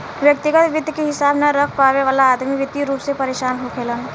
व्यग्तिगत वित्त के हिसाब न रख पावे वाला अदमी वित्तीय रूप से परेसान होखेलेन